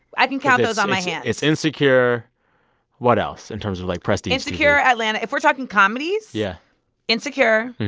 i can count those on my hand it's insecure what else in terms of, like, prestige tv? insecure, atlanta if we're talking comedies. yeah insecure,